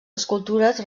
escultures